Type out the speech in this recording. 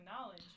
knowledge